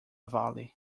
valley